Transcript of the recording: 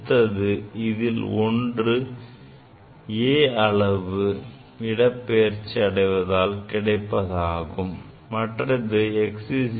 அடுத்து இதில் ஒன்று a அளவு இடப்பெயர்ச்சி அடைவதால் கிடைப்பதாகும் அதாவது x a